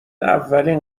اولین